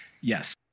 Yes